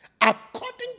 According